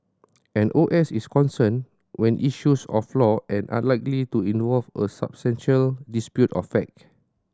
an O S is concerned with issues of law and unlikely to involve substantial dispute of fact